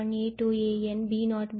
aN and b1 b2